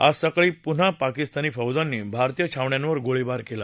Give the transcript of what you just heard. आज सकाळी पुन्हा पाकिस्तानी फौजांनी भारतीय छावण्यांवर गोळीबार केला